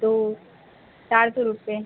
दो चार सौ रुपये